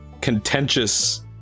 contentious